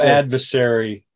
adversary